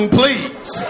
please